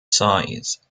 size